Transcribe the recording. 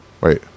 wait